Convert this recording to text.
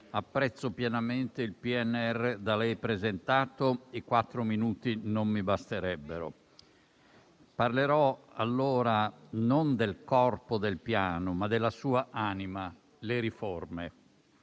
apprezzo pienamente il PNRR da lei presentato, i quattro minuti a mia disposizione non basterebbero. Parlerò allora non del corpo del Piano, ma della sua anima, le riforme,